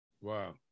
Wow